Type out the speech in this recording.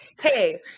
hey